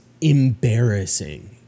embarrassing